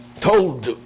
Told